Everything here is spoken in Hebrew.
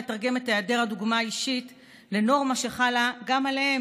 עלולים לתרגם את היעדר הדוגמה האישית לנורמה שחלה גם עליהם